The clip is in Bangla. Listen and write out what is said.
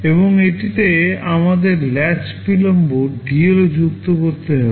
এবং এটিতে আমাদের ল্যাচ বিলম্ব dLও যুক্ত করতে হবে